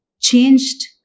changed